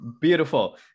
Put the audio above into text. Beautiful